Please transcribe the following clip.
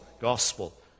gospel